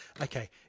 okay